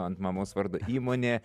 ant mamos vardo įmonė